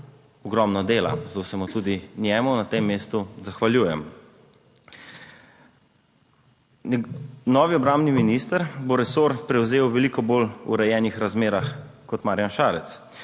ogromno dela, zato se mu tudi njemu na tem mestu zahvaljujem. Novi obrambni minister bo resor prevzel v veliko bolj urejenih razmerah kot Marjan Šarec.